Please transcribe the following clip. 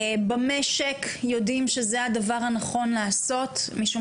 במשק יודעים שזהו הדבר הנכון לעשות משום